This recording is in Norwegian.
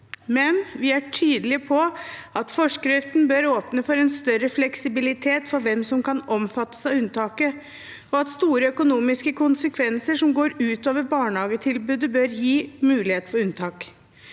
Vi er tydelige på at forskriften bør åpne for en større fleksibilitet for hvem som kan omfattes av unntaket, og at store økonomiske konsekvenser som går ut over barnehagetilbudet, bør gi mulighet for unntak.